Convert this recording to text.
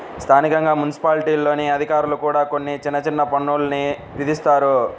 స్థానికంగా మున్సిపాలిటీల్లోని అధికారులు కూడా కొన్ని చిన్న చిన్న పన్నులు విధిస్తారు